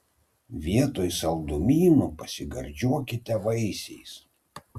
vietoj saldumynų pasigardžiuokite vaisiais